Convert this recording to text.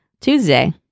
Tuesday